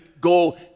go